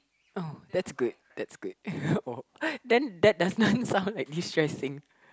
oh that's good that's good oh then that doesn't sound like distressing